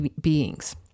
beings